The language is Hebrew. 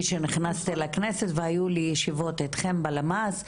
כאשר נכנסתי לכנסת והיו לי ישיבות אתכם בלמ"ס,